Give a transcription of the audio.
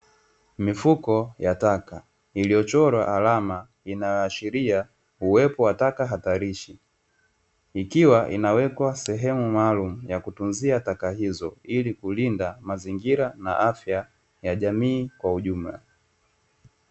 Mifuko ya taka iliyochorwa alama inayoashiria uwepo wa taka hatarishi. Ikiwa inawekwa sehemu maalumu ya kutunzia taka hizo, ili kulinda mazingira na afya ya jamii kwa ujumla.